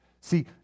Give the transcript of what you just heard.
See